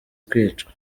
kwicwa